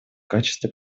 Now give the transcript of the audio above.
качестве